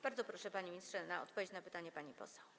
Bardzo proszę, panie ministrze, odpowiedzieć na pytanie pani poseł.